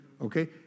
Okay